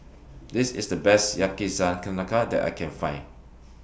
This IS The Best Yakizakana Ka that I Can Find